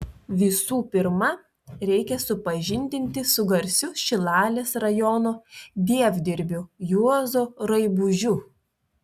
visų pirma reikia supažindinti su garsiu šilalės rajono dievdirbiu juozu raibužiu